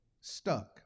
stuck